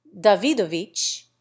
Davidovich